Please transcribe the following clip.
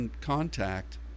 contact